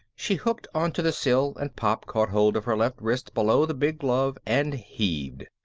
she hooked onto the sill and pop caught hold of her left wrist below the big glove and heaved.